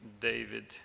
David